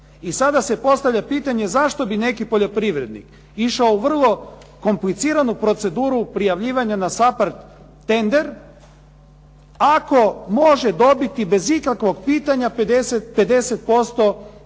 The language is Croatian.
I sada se postavlja pitanje zašto bi neki poljoprivrednik išao u vrlo kompliciranu proceduru prijavljivanja na SAPARD tender ako može dobiti bez ikakvog pitanja 50% povrata